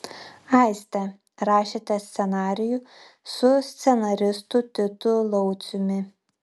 aiste rašėte scenarijų su scenaristu titu lauciumi